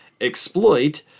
Exploit